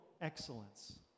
excellence